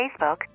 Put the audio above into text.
Facebook